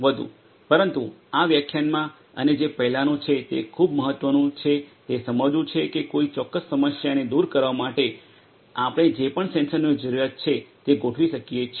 પરંતુ આ વ્યાખ્યાનમાં અને જે પહેલાનું છે તે ખૂબ મહત્વનું છે તે સમજવું છે કે કોઈ ચોક્કસ સમસ્યાને દૂર કરવા માટે આપણે જે પણ સેન્સરની જરૂરિયાત છે તે ગોઠવી શકીએ છીએ